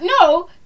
no